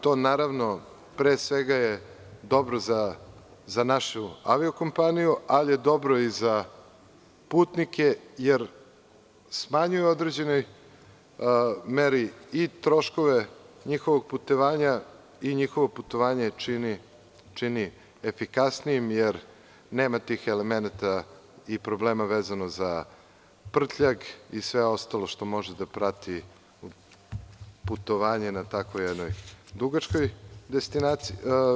To naravno, pre svega je dobro za našu avio kompaniju, ali je dobro i za putnike, jer smanjuje u određenoj meri i troškove njihovog putovanja i njihovo putovanje čini efikasnijim, jer nema tih elemenata i problema vezano za prtljag i sve ostalo što može da prati putovanje na tako jednoj dugačkoj destinaciji.